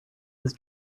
his